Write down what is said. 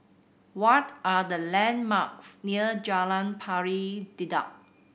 what are the landmarks near Jalan Pari Dedap